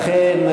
אכן,